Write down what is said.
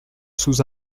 sous